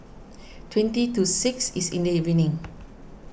twenty to six is in the evening